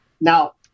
Now